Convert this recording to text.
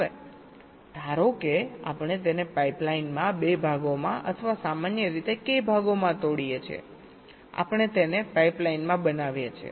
હવે ધારો કે આપણે તેને પાઇપલાઇન માં 2 ભાગોમાં અથવા સામાન્ય રીતે k ભાગોમાં તોડીએ છીએ આપણે તેને પાઇપલાઇન માં બનાવીએ છીએ